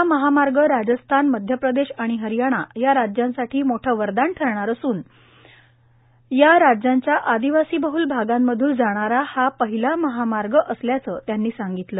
हा महामार्ग राजस्थान मध्यप्रदेश आणि हरियाणा या राजयांसाठी मोठं वरदान ठरणार असुन या राज्यांच्या आदिवासीबहल भागांमधून जाणारा हा पहिला महामार्ग असल्याचं त्यांनी सांगितलं